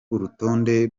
urutonde